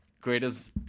Greatest